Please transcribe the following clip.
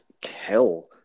kill